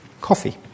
coffee